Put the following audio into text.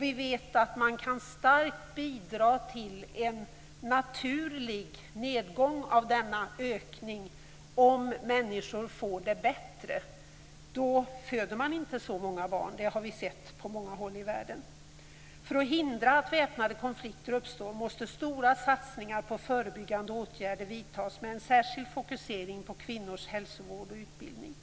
Vi vet också att vi kan starkt bidra till en naturlig nedgång av denna ökning om människor får det bättre. Då föder man inte så många barn, det har vi sett på många håll i världen. För att förhindra att väpnade konflikter uppstår måste stora satsningar på förebyggande åtgärder vidtas med en särskild fokusering på kvinnors hälsovård och utbildning.